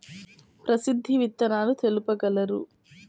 ప్రసిద్ధ విత్తనాలు తెలుపగలరు?